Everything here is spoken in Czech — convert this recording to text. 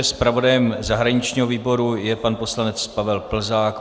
Zpravodajem zahraničního výboru je pan poslanec Pavel Plzák.